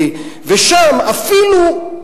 ושם, אפילו,